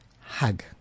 hug